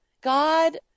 God